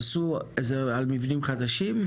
עשו את זה על מבנים חדשים?